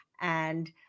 and-